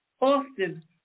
often